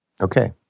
Okay